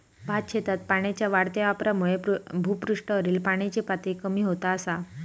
भातशेतीत पाण्याच्या वाढत्या वापरामुळा भुपृष्ठावरील पाण्याची पातळी कमी होत असा